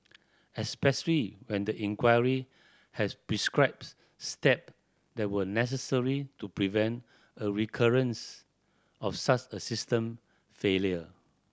especially when the inquiry had prescribes step that were necessary to prevent a recurrence of such a system failure